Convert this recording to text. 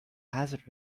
hazard